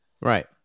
Right